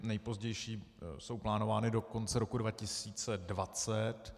Ty nejpozdější jsou plánovány do konce roku 2020.